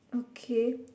okay